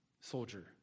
soldier